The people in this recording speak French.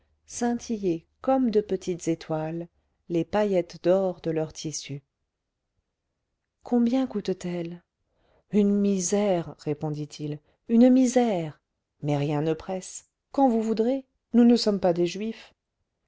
scintiller comme de petites étoiles les paillettes d'or de leur tissu combien coûtent elles une misère répondit-il une misère mais rien ne presse quand vous voudrez nous ne sommes pas des juifs